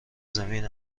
زمین